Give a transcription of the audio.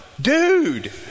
dude